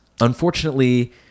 Unfortunately